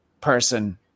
person